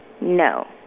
No